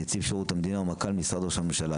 נציב שירות המדינה ומנכ"ל משרד ראש הממשלה,